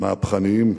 מהפכניים.